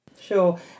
Sure